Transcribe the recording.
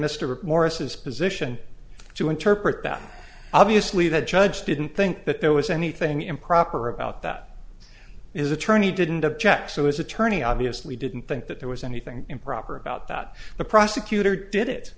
mr maurice's position to interpret that obviously the judge didn't think that there was anything improper about that is attorney didn't object to his attorney obviously didn't think that there was anything improper about that the prosecutor did it